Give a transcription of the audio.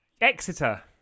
Exeter